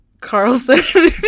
Carlson